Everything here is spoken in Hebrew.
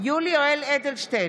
יולי יואל אדלשטיין,